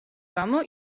გამო